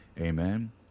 amen